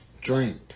drink